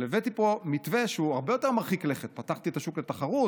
אבל הבאתי לפה מתווה שהוא הרבה יותר מרחיק לכת: פתחתי את השוק לתחרות,